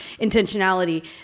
intentionality